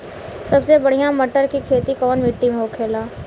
सबसे बढ़ियां मटर की खेती कवन मिट्टी में होखेला?